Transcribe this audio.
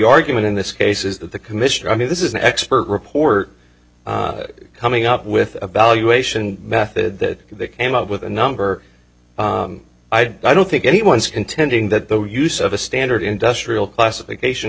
argument in this case is that the commission i mean this is an expert report coming up with a valuation method that came up with a number i don't think anyone's contending that the use of a standard industrial classification